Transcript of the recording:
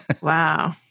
Wow